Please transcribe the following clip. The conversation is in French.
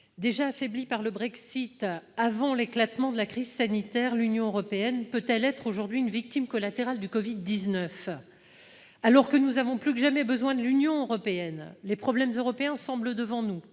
déjà affaiblie par le Brexit avant l'éclatement de la crise sanitaire, peut-elle être aujourd'hui une victime collatérale du Covid-19 ? Alors que nous avons plus que jamais besoin de l'Union européenne, les problèmes européens semblent devant nous